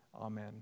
Amen